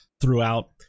throughout